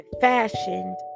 fashioned